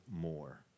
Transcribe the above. more